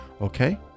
Okay